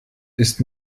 ist